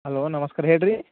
hello ನಮಸ್ಕಾರ ಹೇಳ್ರಿ